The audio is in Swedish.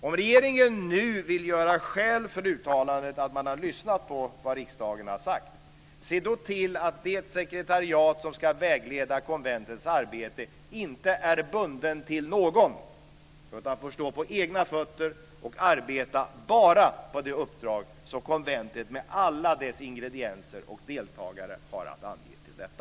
Om regeringen nu vill göra skäl för uttalandet att man har lyssnat på vad riksdagen har sagt, se då till att det sekretariat som ska vägleda konventets arbete inte är bundet till någon, utan att det får stå på egna ben och arbeta bara med de uppdrag som konventet med alla dess ingredienser och deltagare har att ange till detta!